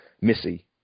Missy